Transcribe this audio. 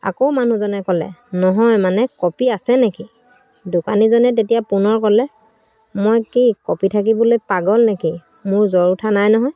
আকৌ মানুহজনে ক'লে নহয় মানে কপি আছে নেকি দোকানীজনে তেতিয়া পুনৰ ক'লে মই কি কপি থাকিবলৈ পাগল নেকি মোৰ জ্বৰ উঠা নাই নহয়